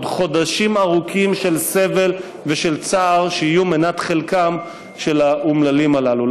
ועוד חודשים ארוכים של סבל ושל צער שיהיו מנת חלקם של האומללים הללו.